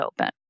open